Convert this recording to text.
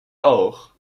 oog